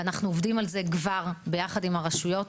אנחנו עובדים על זה ביחד עם הרשויות,